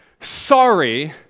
Sorry